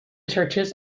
churches